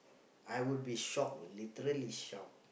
I would be shocked literally shocked